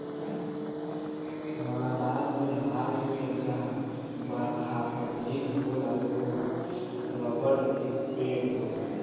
मालाबार के भाग में जहां बरखा अधिका होला उहाँ रबड़ के पेड़ होला